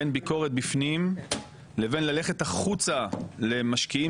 בין ביקורת בפנים לבין ללכת החוצה למשקיעים